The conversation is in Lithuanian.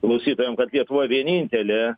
klausytojam kad lietuva vienintelė